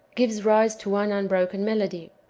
gives rise to one unbroken melody,